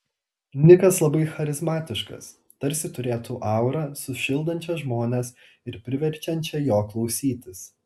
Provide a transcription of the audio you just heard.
nikas labai charizmatiškas tarsi turėtų aurą sušildančią žmones ir priverčiančią jo klausytis